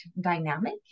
dynamic